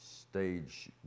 stage